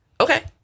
Okay